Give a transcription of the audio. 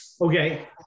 Okay